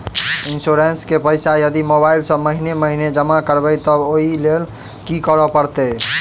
Insurance केँ पैसा यदि मोबाइल सँ महीने महीने जमा करबैई तऽ ओई लैल की करऽ परतै?